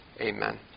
Amen